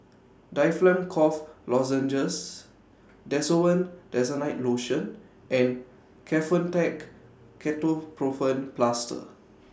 Difflam Cough Lozenges Desowen Desonide Lotion and Kefentech Ketoprofen Plaster